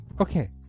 Okay